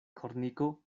korniko